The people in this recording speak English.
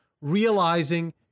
realizing